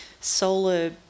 solar